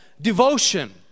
devotion